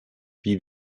wie